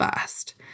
first